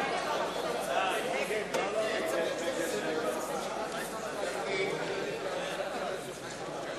סיעת רע"ם-תע"ל וסיעת האיחוד הלאומי לבטל את החלטת ועדת הכספים